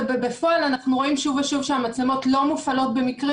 אבל בפועל אנחנו רואים שוב ושוב שהמצלמות לא מופעלות במקרים